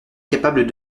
capable